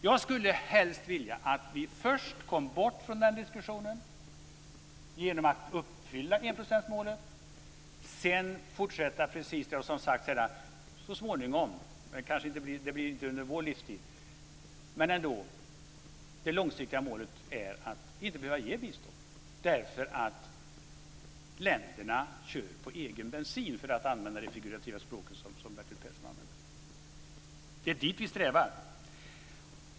Jag skulle helst vilja att vi kom bort från den diskussionen genom att uppfylla enprocentsmålet och sedan fortsätta, som har sagts här tidigare, för att så småningom, vilket nog inte inträffar under vår livstid, nå det långsiktiga målet att inte behöva ge bistånd. Länderna kör på egen bensin, för att använda det figurativa språk som Bertil Persson använde. Det är dit vi strävar.